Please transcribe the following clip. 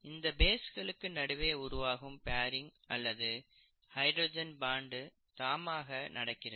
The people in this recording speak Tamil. இந்த பேஸ்களுக்கு நடுவே உருவாகும் பேரிங் அல்லது ஹைட்ரஜன் பாண்ட் தாமாக நடக்கிறது